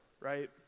right